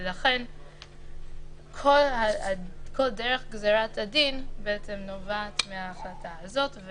ולכן כל דרך גזירת הדין בעצם נובעת מההחלטה הזאת.